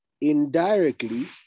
indirectly